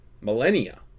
millennia